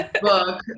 book